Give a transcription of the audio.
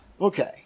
Okay